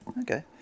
Okay